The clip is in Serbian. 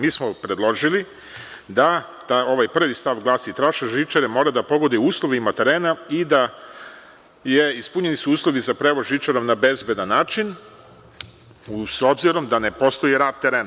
Mi smo predložili da ovaj prvi stav glasi: „Trasa žičare mora da pogoduje uslovima terena i da su ispunjeni uslovi za prevoz žičarom na bezbedan način“, s obzirom da ne postoji „rad“ terena.